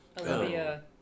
Olivia